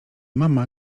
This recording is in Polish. mama